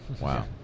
Wow